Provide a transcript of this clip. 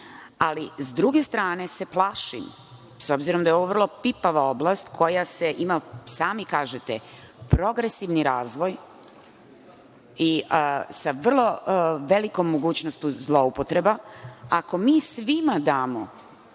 ali s druge strane se plašim, s obzirom da je ovo vrlo pipava oblast koja ima, i sami kažete, progresivan razvoj i sa vrlo velikom mogućnošću zloupotreba, ako mi svima damo